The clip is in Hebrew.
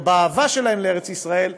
או באהבה שלהם לארץ ישראל,